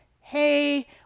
hey